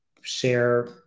share